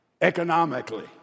economically